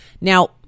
Now